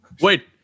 Wait